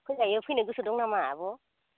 फैजायो फैनो गोसो दं नामा आब'